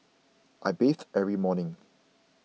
I bathe every morning